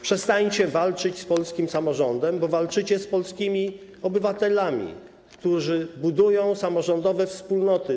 Przestańcie walczyć z polskim samorządem, bo walczycie z polskimi obywatelami, którzy budują samorządowe wspólnoty.